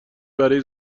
برای